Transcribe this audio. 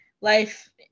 life